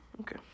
Okay